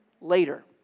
later